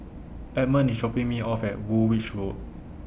Edmund IS dropping Me off At Woolwich Road